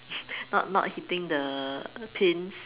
not not hitting the Pins